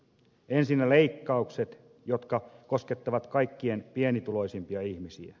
ensinnä leikkaukset jotka koskettavat kaikkein pienituloisimpia ihmisiä